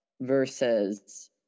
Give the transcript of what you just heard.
versus